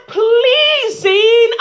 pleasing